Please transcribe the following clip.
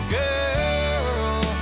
girl